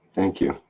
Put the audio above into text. thank you.